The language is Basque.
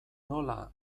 nola